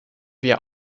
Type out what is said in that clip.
wir